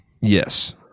Yes